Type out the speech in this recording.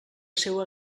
seua